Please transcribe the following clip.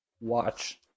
watch